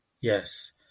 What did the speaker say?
Yes